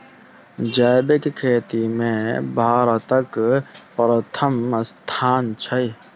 जैबिक खेती मे भारतक परथम स्थान छै